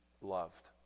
loved